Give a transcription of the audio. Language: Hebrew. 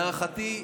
להערכתי,